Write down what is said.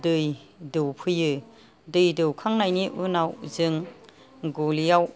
दै दौफैयो दै दौखांनायनि उनाव जों गलियाव